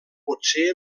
potser